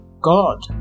God